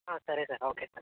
సరే sir okay sir